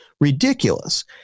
ridiculous